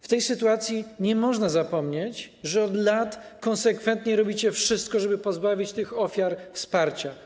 W tej sytuacji nie można zapomnieć, że od lat konsekwentnie robicie wszystko, żeby pozbawić te ofiary wsparcia.